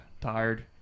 tired